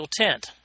tent